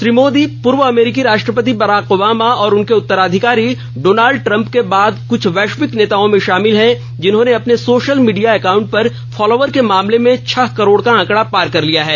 श्री मोदी पूर्व अमेरिकी राष्ट्रपति बराक ओबामा और उनके उत्तराधिकारी डोनाल्ड ट्रम्प के बाद कुछ वैश्विक नेताओं में शामिल हैं जिन्होंने अपने सोशल मीडिया अकाउंट पर फॉलोअर के मामले में छह करोड़ का आंकड़ा पार किया है